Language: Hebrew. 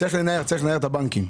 צריך לנער, צריך לנער את הבנקים.